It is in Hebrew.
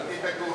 אל תדאגו,